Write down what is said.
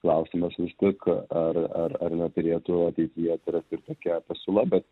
klausimas vis tik ar ar ar neturėtų ateityje atsirasti ir tokia pasiūla bet